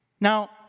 Now